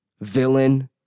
villain